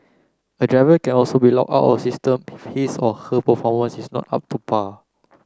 a driver can also be out of the system his or her performance is not up to par